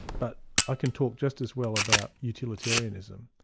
but i can talk just as well about utilitarianism,